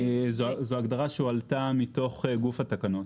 זו הגדרה שהועלתה מתוך גוף התקנות.